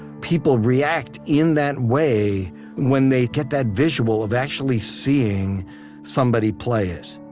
people react in that way when they get that visual of actually seeing somebody play it.